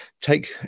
take